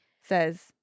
says